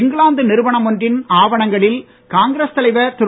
இங்கிலாந்து நிறுவனம் ஒன்றின் ஆவணங்களில் காங்கிரஸ் தலைவர் திரு